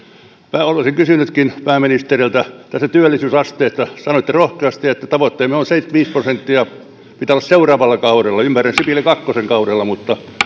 minä olisinkin kysynyt pääministeriltä tästä työllisyysasteesta sanoitte rohkeasti että tavoitteemme on että seitsemänkymmentäviisi prosenttia pitää olla seuraavalla kaudella ymmärrän että sipilä kakkosen kaudella mutta